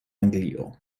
anglio